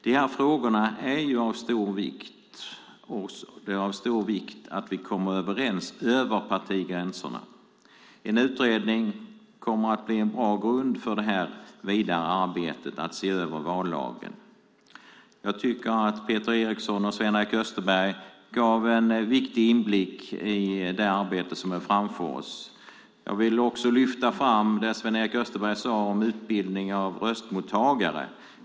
Dessa frågor är av stor vikt, och det är också av stor vikt att vi kommer överens över partigränserna. En utredning kommer att bli en bra grund för det vidare arbetet med att se över vallagen. Jag tycker att Peter Eriksson och Sven-Erik Österberg gav en viktig inblick i det arbete som är framför oss. Jag vill även lyfta fram det som Sven-Erik Österberg sade om utbildning av röstmottagare.